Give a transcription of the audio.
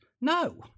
No